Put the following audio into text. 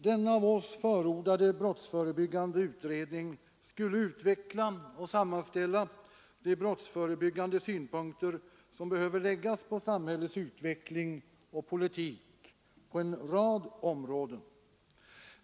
Denna av oss förordade brottsförebyggande utredning skulle utveckla och sammanställa de brottsförebyggande synpunkter som behöver läggas på samhällets utveckling och politik på en rad områden.